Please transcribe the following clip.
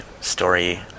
story